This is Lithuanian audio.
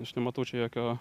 aš nematau čia jokio